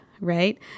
right